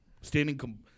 Standing